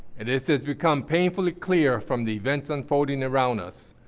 and it has become painfully clear from the events unfolding around us,